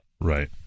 Right